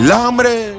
Lambre